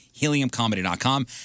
HeliumComedy.com